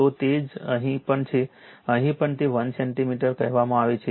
તો તે જ અહીં પણ છે અહીં પણ તે 1 સેન્ટિમીટર કહેવામાં આવે છે